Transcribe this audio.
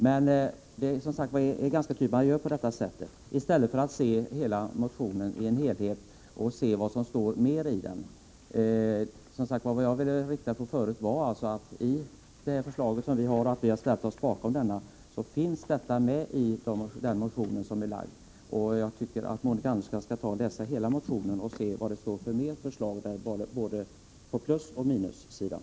Men det är ganska typiskt att socialdemokraterna gör på detta sätt, i stället för att betrakta motionen som en helhet och se vad som mer står i den. Det jag förut ville rikta uppmärksamheten på var att en finansiering av det förslag som vi har ställt oss bakom finns med i den ekonomisk-politiska motion som vi har väckt. Jag tycker att Monica Andersson skall läsa hela motionen och studera vilka fler förslag som står där, både på plusoch på minussidan.